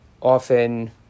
Often